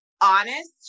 Honest